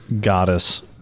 Goddess